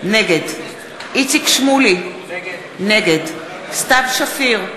נגד איציק שמולי, נגד סתיו שפיר,